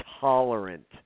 tolerant